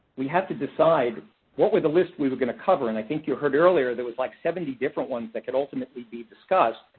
we had to decide what were the lists we were going to cover. and i think you heard earlier there was like seventy different ones that could ultimately be discussed.